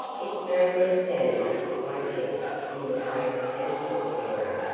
if marion stanlock, high peak in the trait and a torch bearer,